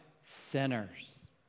Sinners